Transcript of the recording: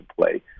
play